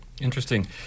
Interesting